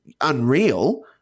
Unreal